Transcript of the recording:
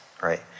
right